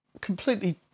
Completely